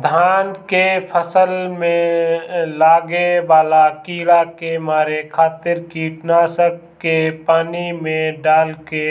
धान के फसल में लागे वाला कीड़ा के मारे खातिर कीटनाशक के पानी में डाल के